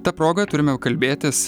ta proga turime kalbėtis